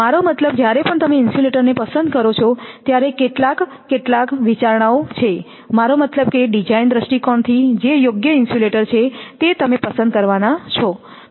મારો મતલબ જ્યારે પણ તમે ઇન્સ્યુલેટરને પસંદ કરો છો ત્યારે કેટલાક કેટલાક વિચારણાઓ છે મારો મતલબ કે ડિઝાઇન દૃષ્ટિકોણથી જે યોગ્ય ઇન્સ્યુલેટર છે તે તમે પસંદ કરવાના છો